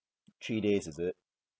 three days is it